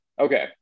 Okay